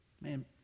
Man